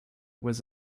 was